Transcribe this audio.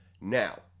now